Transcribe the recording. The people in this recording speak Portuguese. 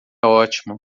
ótimo